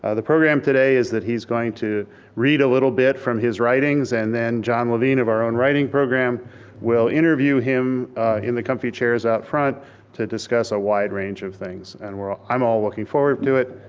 ah the program today is that he's going to read a little bit from his writings and then john levine of our own writing program will interview him in the comfy chairs out front to discuss a wide range of things and ah i'm all looking forward to it.